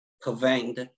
prevent